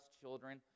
children